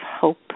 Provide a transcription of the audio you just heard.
hope